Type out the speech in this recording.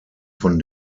von